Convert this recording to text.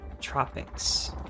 Tropics